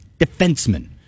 defenseman